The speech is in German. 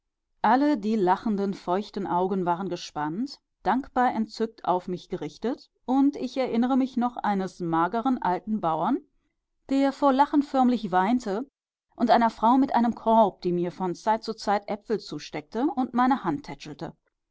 alle die lachenden feuchten augen waren gespannt dankbar entzückt auf mich gerichtet und ich erinnere mich noch eines mageren alten bauern der vor lachen förmlich weinte und einer frau mit einem korb die mir von zeit zu zeit äpfel zusteckte und meine hand tätschelte